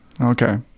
Okay